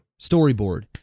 Storyboard